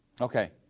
Okay